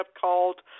called